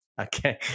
Okay